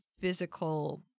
physical